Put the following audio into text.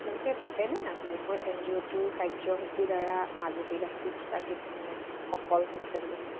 আপোনালোকে ভাবে নে আপোনালোকৰ এন জি অ'টোৰ কাৰ্যসূচীৰ দ্বাৰা মাজুলীবাসীৰ কিবা মানে সফল হৈছে বুলি কিবা